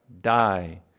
Die